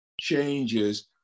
changes